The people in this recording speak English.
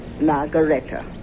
Margareta